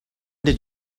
did